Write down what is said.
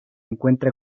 encuentra